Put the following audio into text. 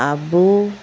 ᱟᱵᱚ